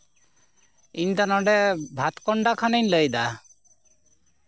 ᱤᱧ ᱫᱚ ᱱᱚᱸᱰᱮ ᱵᱷᱟᱛᱠᱚᱱᱰᱟ ᱠᱷᱚᱱᱤᱧ ᱞᱟᱹᱭᱫᱟ